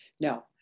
no